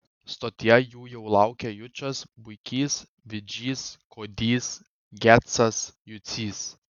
stotyje jų jau laukė jučas buikys vidžys kodys gecas jucys